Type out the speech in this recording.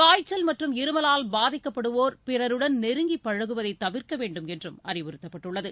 காய்ச்சல் மற்றும் இருமலால் பாதிக்கப்படுவோர் பிறருடன் நெருங்கி பழகுவதை தவிர்க்க வேண்டுமென்றும் அறிவுறுத்தப்பட்டுள்ளது